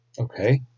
Okay